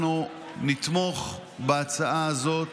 אנחנו נתמוך בהצעה הזאת